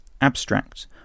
abstract